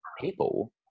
people